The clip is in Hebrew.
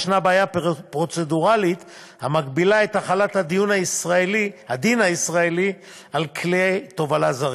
יש בעיה פרוצדורלית המגבילה את החלת הדין הישראלי על כלי תובלה זרים.